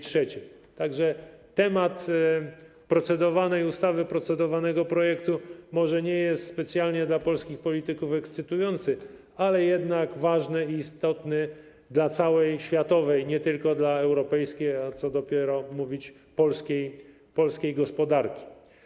Tak że temat procedowanej ustawy, procedowanego projektu może nie jest specjalnie dla polskich polityków ekscytujący, ale jednak ważny i istotny dla całej światowej, nie tylko dla europejskiej, a co dopiero mówić polskiej, gospodarki.